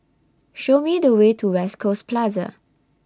Show Me The Way to West Coast Plaza